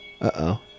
Uh-oh